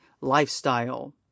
lifestyle